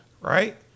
Right